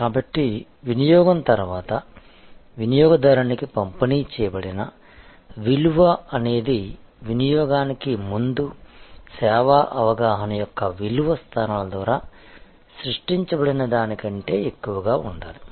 కాబట్టి వినియోగం తర్వాత వినియోగదారునికి పంపిణీ చేయబడిన విలువ అనేది వినియోగానికి ముందు సేవా అవగాహన యొక్క విలువ స్థానాల ద్వారా సృష్టించబడిన దాని కంటే ఎక్కువగా ఉండాలి